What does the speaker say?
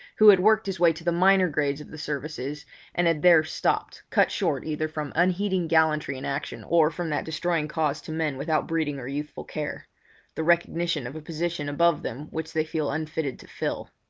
who had worked his way to the minor grades of the services and had there stopped, cut short either from unheeding gallantry in action or from that destroying cause to men without breeding or youthful care the recognition of a position above them which they feel unfitted to fill.